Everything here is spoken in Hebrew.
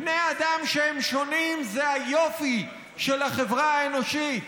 בני אדם שהם שונים, זה היופי של החברה האנושית,